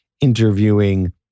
interviewing